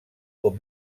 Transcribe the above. aux